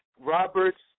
Robert's